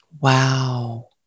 Wow